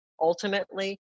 ultimately